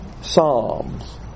psalms